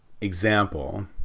example